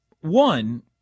One